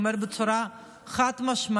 אומר בצורה חד-משמעית,